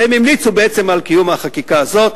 והם המליצו על קיום החקיקה הזו.